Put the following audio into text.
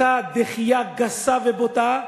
אותה דחייה גסה ובוטה.